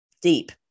deep